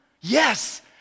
Yes